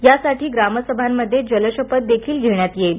यासाठी ग्राम सभांमध्ये जल शपथ देखील घेण्यात येईल